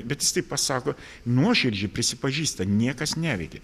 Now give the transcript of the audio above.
bet jis taip pasako nuoširdžiai prisipažįsta niekas neveikia